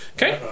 Okay